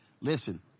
listen